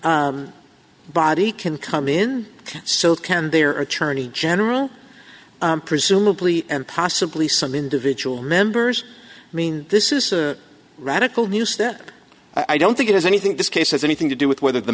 house body can come in so can they are attorney general presumably and possibly some individual members i mean this is radical news that i don't think it is anything this case has anything to do with whether the